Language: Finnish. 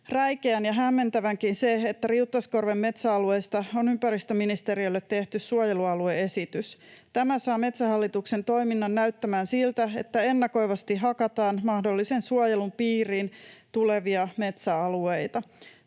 räikeän ja hämmentävänkin se, että Riuttaskorven metsäalueista on ympäristöministeriölle tehty suojelualue-esitys. Tämä saa Metsähallituksen toiminnan näyttämään siltä, että ennakoivasti hakataan mahdollisen suojelun piiriin tulevia metsäalueita.